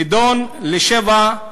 נידון לשבעה